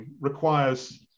requires